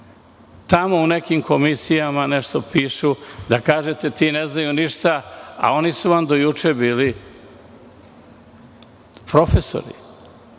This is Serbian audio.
tamo u nekim komisijama, nešto pišu, da kažete – ne znaju ništa, a oni su vam do juče bili profesori.